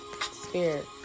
spirit